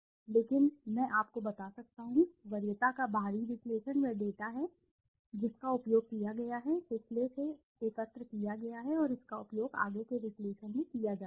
लेकिन हां मैं आपको बता सकता हूं वरीयता का बाहरी विश्लेषण वह डेटा है जिसका उपयोग किया गया है पिछले से एकत्र किया गया है और इसका उपयोग आगे के विश्लेषण में किया जा रहा है